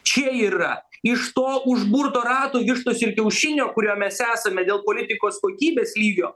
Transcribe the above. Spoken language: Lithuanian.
čia yra iš to užburto rato vištos ir kiaušinio kurio mes esame dėl politikos kokybės lygio